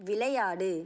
விளையாடு